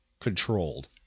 controlled